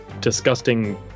disgusting